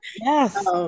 Yes